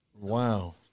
Wow